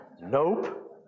nope